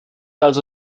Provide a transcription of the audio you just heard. also